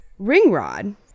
Ringrod